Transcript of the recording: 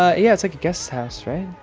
ah yeah. it's, like, a guest house, right?